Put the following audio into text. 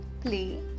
play